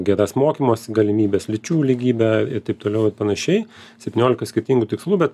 geras mokymosi galimybes lyčių lygybę ir taip toliau ir panašiai septyniolika skirtingų tikslų bet